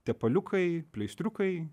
tepaliukai pleistriukai